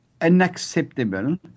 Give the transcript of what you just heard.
unacceptable